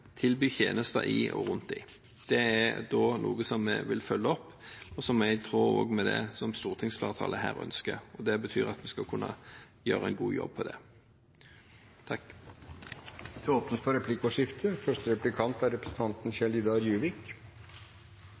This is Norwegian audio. tilby tjenester i og rundt dem. Det er noe som vi vil følge opp, og som er i tråd også med det som stortingsflertallet her ønsker. Det betyr at vi skal kunne gjøre en god jobb med det. Det blir replikkordskifte. Jeg ser i dokumentet som ligger her, at Venstre er glad for